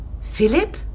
Philip